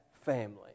family